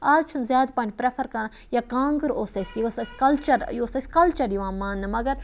آز چھُنہٕ زیادٕ پَہَن پریٚفَر کَران یا کانٛگٕر اوس اَسہِ یہِ ٲس اَسہِ کَلچَر یہِ اوس اَسہِ کَلچَر یِوان ماننہٕ مَگَر